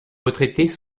retraités